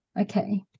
okay